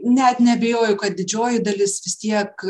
net neabejoju kad didžioji dalis vis tiek